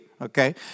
okay